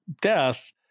death